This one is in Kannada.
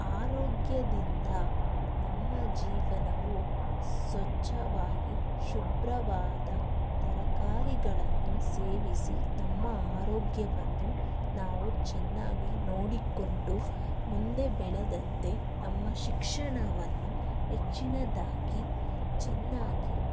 ಆರೋಗ್ಯದಿಂದ ನಮ್ಮ ಜೀವನವು ಸ್ವಚ್ಛವಾಗಿ ಶುಭ್ರವಾದ ತರಕಾರಿಗಳನ್ನು ಸೇವಿಸಿ ನಮ್ಮ ಆರೋಗ್ಯವನ್ನು ನಾವು ಚೆನ್ನಾಗಿ ನೋಡಿಕೊಂಡು ಮುಂದೆ ಬೆಳೆದಂತೆ ನಮ್ಮ ಶಿಕ್ಷಣವನ್ನು ಹೆಚ್ಚಿನದಾಗಿ ಚೆನ್ನಾಗಿ